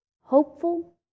Hopeful